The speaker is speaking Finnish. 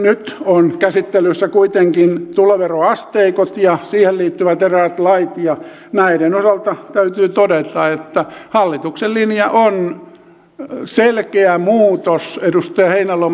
nyt ovat käsittelyssä kuitenkin tuloveroasteikot ja niihin liittyvät eräät lait ja näiden osalta täytyy todeta että hallituksen linja on selkeä muutos edustaja heinäluoma